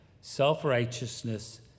self-righteousness